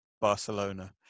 Barcelona